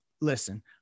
listen